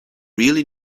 really